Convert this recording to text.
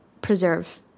preserve